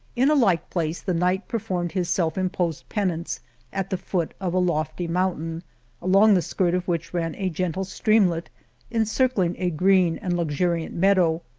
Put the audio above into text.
in a like place the knight performed his self-imposed pen ance at the foot of a lofty mountain along the skirt of which ran a gentle streamlet encircling a green and luxuriant meadow.